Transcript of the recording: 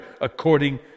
according